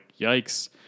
yikes